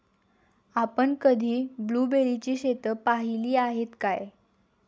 आपण कधी ब्लुबेरीची शेतं पाहीली आहेत काय?